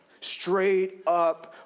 Straight-up